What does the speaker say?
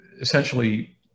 essentially